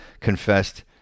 confessed